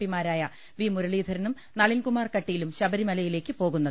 പിമാരായ V മുരളീധരനും നളിൻകുമാർ കട്ടീലും ശബ രിമലയിലേക്ക് പോകുന്നത്